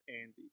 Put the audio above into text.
Andy